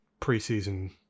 preseason